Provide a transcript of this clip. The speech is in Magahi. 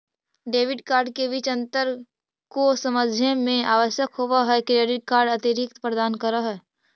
डेबिट कार्ड के बीच अंतर को समझे मे आवश्यक होव है क्रेडिट कार्ड अतिरिक्त प्रदान कर है?